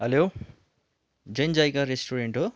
hello जेनजाइका restaurant हो